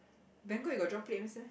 Bangkok you got meh